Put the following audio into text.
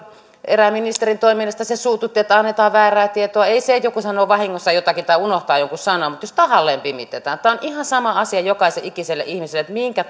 erään ministerin toiminnasta se suututti että annetaan väärää tietoa ei se että joku sanoo vahingossa jotakin tai unohtaa jonkun sanan se suututti jos tahallaan pimitetään tämä on ihan sama asia joka ikiselle ihmiselle minkä